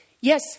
Yes